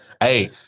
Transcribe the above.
hey